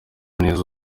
neza